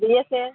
দিয়েছে